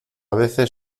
veces